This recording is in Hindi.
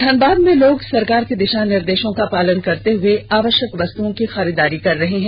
धनबाद में लोग सरकार के दिषा निर्देषों का पालन करते हुए आवष्यक वस्तुओं की खरीदारी कर रहे हैं